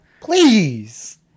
Please